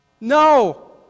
No